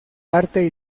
arte